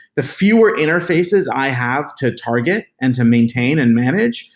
the fewer interfaces i have to target and to maintain and manage,